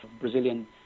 Brazilian